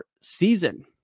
season